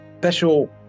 special